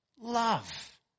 Love